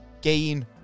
gain